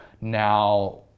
now